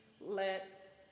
let